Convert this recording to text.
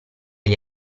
gli